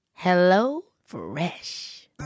HelloFresh